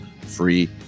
free